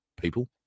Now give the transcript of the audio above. people